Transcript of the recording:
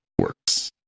works